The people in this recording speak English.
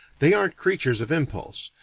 they aren't creatures of impulse,